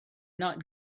not